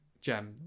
gem